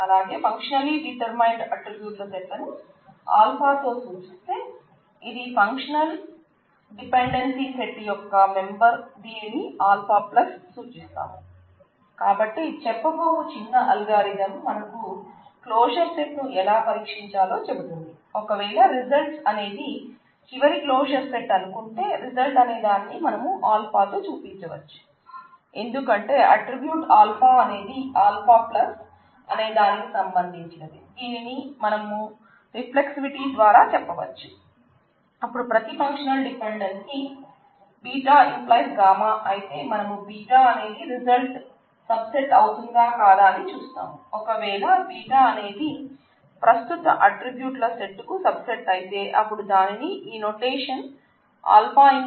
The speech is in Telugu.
అలాగే ఫంక్షనల్లీ డెటర్మైన్డ్ ఆట్రిబ్యూట్ సెట్లను α తో సూచిస్తే ఇది ఫంక్షనల్ డిపెంఎన్సీ సెట్ యొక్క మెంబర్ దీనిని α సూచిస్తాం కాబట్టి చెప్పబోవు చిన్న అల్గారిథం మనకు క్లోజర్ సెట్కు సబ్ సెట్ అయితే అపుడు దానిని ఈ నొటేషన్ α→ β తో సూచిస్తాం